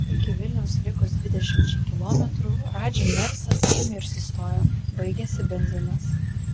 iki vilniaus likus dvidešimčiai kilometrų radži mersas ėmė ir sustojo baigėsi benzinas